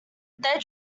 they